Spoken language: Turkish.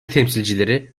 temsilcileri